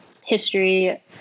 history